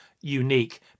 unique